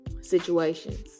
situations